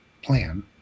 plan